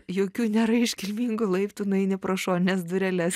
jokių nėra iškilmingų laiptų nueini pro šonines dureles